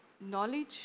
knowledge